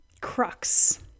crux